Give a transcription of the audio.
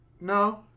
No